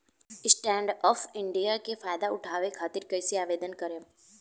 Stand up India के फाइदा उठाओ खातिर कईसे आवेदन करेम?